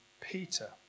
Peter